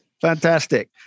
Fantastic